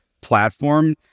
platform